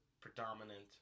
predominant